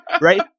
right